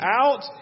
out